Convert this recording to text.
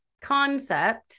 Concept